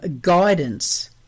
guidance